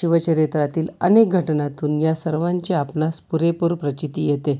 शिवचरित्रातील अनेक घटनातून या सर्वांचे आपणास पुरेपूर प्रचीती येते